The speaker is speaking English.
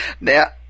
Now